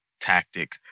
tactic